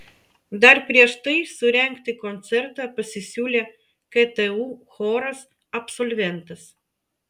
dar prieš tai surengti koncertą pasisiūlė ktu choras absolventas